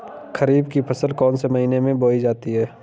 खरीफ की फसल कौन से महीने में बोई जाती है?